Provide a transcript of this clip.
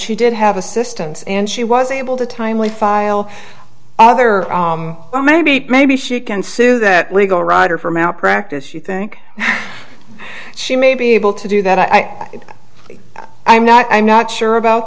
she did have assistance and she was able to timely file other oh maybe maybe she can sue that we go ryder for malpractise you think she may be able to do that i am not i'm not sure about